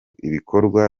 ibikorwa